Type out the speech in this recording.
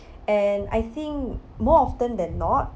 and I think more often than not